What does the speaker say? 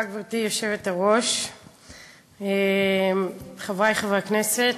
גברתי היושבת-ראש, תודה, חברי חברי הכנסת,